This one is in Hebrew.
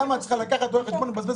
למה את צריכה לקחת רואה חשבון, ולבזבז